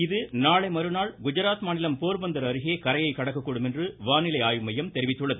இது நாளை மறுநாள் குஜராத் மாநிலம் போர்பந்தர் அருகே கரையை கடக்கக்கூடும் என்று வானிலை ஆய்வுமையம் தெரிவித்துள்ளது